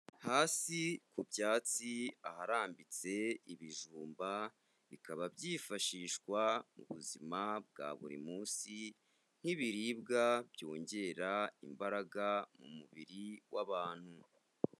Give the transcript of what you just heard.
Hasi ku byatsi aharambitse ibijumba bikaba byifashishwa mu buzima bwa buri munsi nk'ibiribwa byongera imbaraga mu mubiri w'abantu.